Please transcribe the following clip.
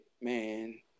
man